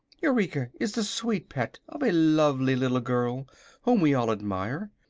eureka is the sweet pet of a lovely little girl whom we all admire,